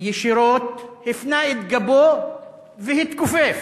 ישירות, הפנה את גבו והתכופף,